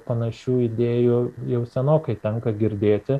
panašių idėjų jau senokai tenka girdėti